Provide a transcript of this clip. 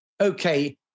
Okay